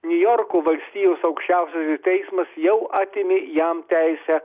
niujorko valstijos aukščiausiojo teismas jau atėmė jam teisę